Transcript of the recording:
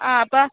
ആ അപ്പം